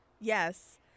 Yes